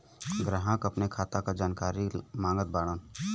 ग्राहक अपने खाते का जानकारी मागत बाणन?